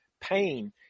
pain